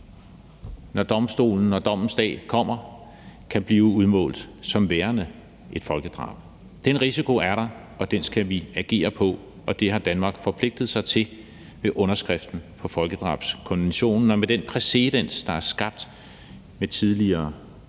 når domstolen og dommens dag kommer, kan blive udmålt som værende et folkedrab. Den risiko er der, og den skal vi agere på, og det har Danmark forpligtet sig til med underskriften på folkedrabskonventionen og med den præcedens, der er skabt med tidligere